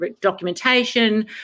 documentation